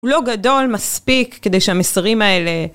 הוא לא גדול מספיק כדי שהמסרים האלה